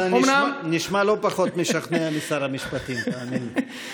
אתה נשמע לא פחות משכנע משר המשפטים, תאמין לי.